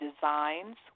designs